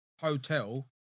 hotel